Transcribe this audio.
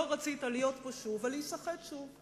לא רצית להיות פה שוב ולהיסחט שוב.